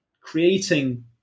creating